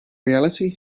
reality